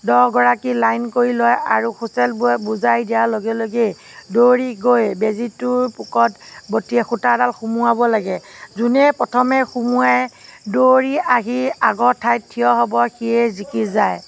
দহগৰাকী লাইন কৰি লৈ হোইচেলবোৰে বুজাই দিয়া লগে লগেই দৌৰি গৈ বেজিটোৰ পকৰত বটিয়া সূতাডাল সোমোৱাব লাগে যোনে প্ৰথমে সোমোৱাই দৌৰি আহি আগৰ ঠাইত থিয় হ'ব সিয়ে জিকি যায়